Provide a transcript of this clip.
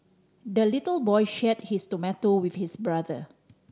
the little boy shared his tomato with his brother